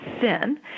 sin